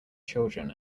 children